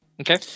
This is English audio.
Okay